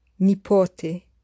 Nipote